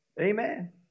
Amen